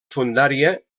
fondària